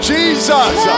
Jesus